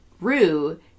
Rue